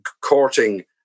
courting